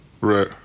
Right